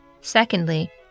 Secondly